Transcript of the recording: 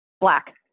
Black